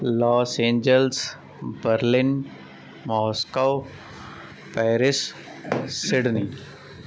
Los Angeles Berlin Moscow Paris Sydney